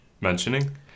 mentioning